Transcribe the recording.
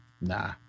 Nah